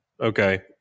Okay